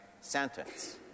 sentence